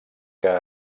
que